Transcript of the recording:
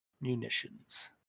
Munitions